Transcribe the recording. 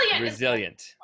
resilient